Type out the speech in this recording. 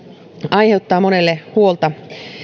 aiheuttaa monelle huolta